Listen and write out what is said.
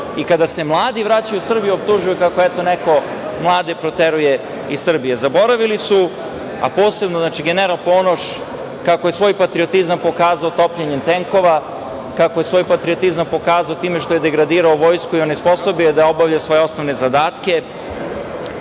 i kada se mladi vraćaju u Srbiju, prvi optužuju kako neko mlade proteruje iz Srbije. Zaboravili su, a posebno general Ponoš kako je svoj patriotizam pokazao topljenjem tenkova, kako je svoj patriotizam pokazao time što je degradirao vojsku i onesposobio je da obavlja svoje osnovne zadatke.